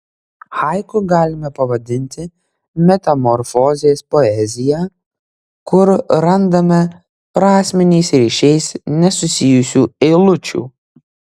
haiku galime pavadinti metamorfozės poeziją kur randame prasminiais ryšiais nesusijusių eilučių